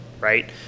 right